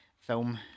film